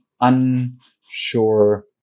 unsure